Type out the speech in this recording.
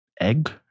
Egg